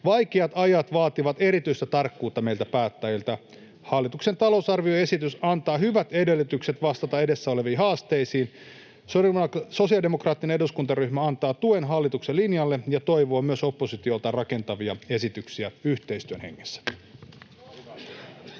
Vaikeat ajat vaativat erityistä tarkkuutta meiltä päättäjiltä. Hallituksen talousarvioesitys antaa hyvät edellytykset vastata edessä oleviin haasteisiin. Sosiaalidemokraattinen eduskuntaryhmä antaa tuen hallituksen linjalle ja toivoo myös oppositiolta rakentavia esityksiä yhteistyön hengessä.